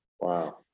Wow